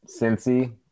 Cincy